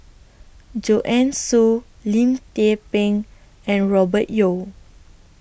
Joanne Soo Lim Tze Peng and Robert Yeo